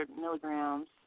milligrams